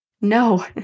No